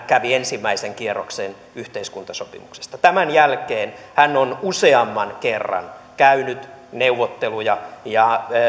kävi ensimmäisen kierroksen yhteiskuntasopimuksesta tämän jälkeen hän on useamman kerran käynyt neuvotteluja